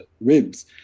ribs